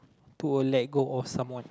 to uh let go of someone